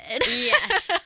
Yes